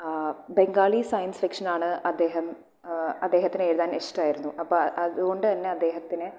Bengali science section ആണ് അദ്ദേഹം അദ്ദേഹത്തിന് എഴുതാൻ ഇഷ്ട്ടം ആയിരുന്നു അപ്പം അതുകൊണ്ടുതന്നെ അദ്ദേഹത്തിന്